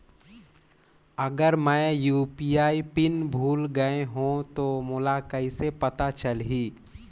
अगर मैं UPI pin भुल गये हो तो मोला कइसे पता चलही?